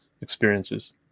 experiences